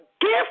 Gift